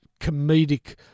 comedic